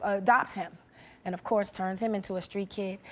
adopts him and, of course, turns him into a street kid.